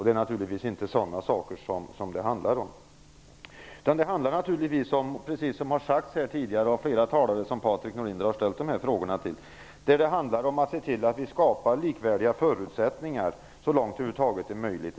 Det är naturligtvis inte sådana saker som det handlar om. Vad det handlar om är naturligtvis, precis som här har sagts av flera talare som Patrik Nordinder har ställt dessa frågor till, att se till att skapa likvärdiga förutsättningar i landet så långt det över huvud taget är möjligt.